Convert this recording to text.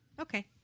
Okay